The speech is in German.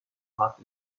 hart